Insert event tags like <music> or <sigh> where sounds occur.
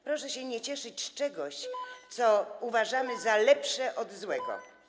Proszę się nie cieszyć z czegoś, <noise> co uważamy za lepsze od złego.